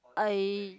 I